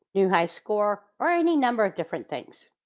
new high score, or any number of different things.